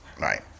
Right